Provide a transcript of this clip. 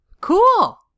Cool